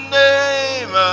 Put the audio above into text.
name